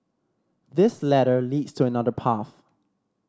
this ladder leads to another path